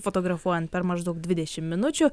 fotografuojant per maždaug dvidešim minučių